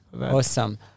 Awesome